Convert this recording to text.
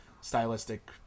stylistic